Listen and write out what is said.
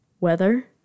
Weather